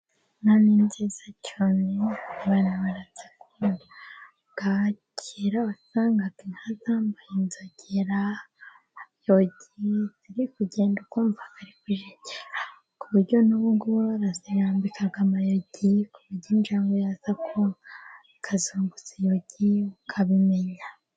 Inka ni nziza cyane abantu barazikunda, kera wasangaga inka zambaye inzogera(amayogi), zaba ziri kugenda ukumva ari kujegera, ku buryo n'ubungubu baraziyambika kuburyo injangwe yaza ikayazunguza ukabimenya.